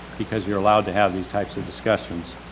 because you're allowed to have these types of discussions.